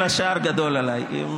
כל השאר גדול עליי.